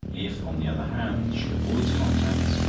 if on the other hand, she avoids contacts,